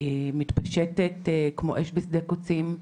שמתפשטת כמו אש בשדה קוצים,